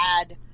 add